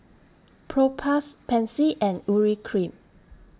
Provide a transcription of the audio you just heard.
Propass Pansy and Urea Cream